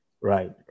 right